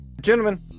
Gentlemen